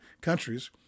countries